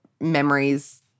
memories